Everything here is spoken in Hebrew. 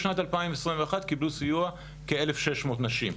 בשנת 2021 קיבלו סיוע כ-1,600 נשים,